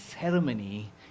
ceremony